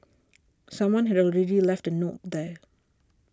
someone had already left a note there